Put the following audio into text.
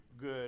good